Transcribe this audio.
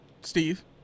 Steve